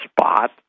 spot